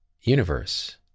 universe